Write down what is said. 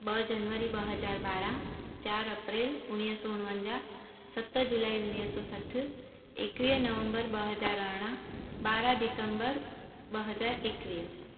ॿ जनवरी ॿ हज़ार ॿारहं चारि अप्रैल उणिवीह सौ उणवंजाहु सत जुलाई उणिवीह सौ सठि एकवीह नवंबर ॿ हज़ार अरिड़हं ॿारहं दिसंबर ॿ हज़ार एकवीह